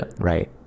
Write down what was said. right